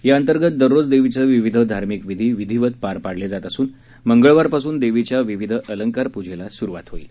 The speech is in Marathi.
याअंतर्गत दररोज देवीचे विविध धार्मिक विधी विधीवत पार पाडले जात असून मंगळवारपासून देवीच्या विविध अलंकार पूजेला सुरुवात होत आहे